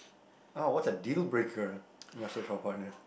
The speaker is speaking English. ah what's a deal breaker you afraid for partner